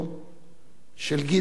של גדעון ברוך.